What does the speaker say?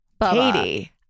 Katie